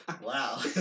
Wow